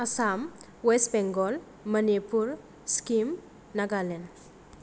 Assam West Bengal Manipur Sikkim Nagaland